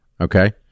Okay